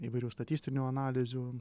įvairių statistinių analizių